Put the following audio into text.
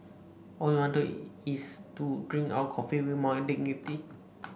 all we want is to drink our coffee with some dignity